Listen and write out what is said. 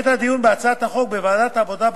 בעת הדיון בהצעת החוק בוועדת העבודה,